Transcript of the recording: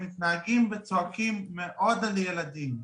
הם מתנהגים וצועקים מאוד על ילדים.